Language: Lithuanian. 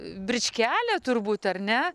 bričkelė turbūt ar ne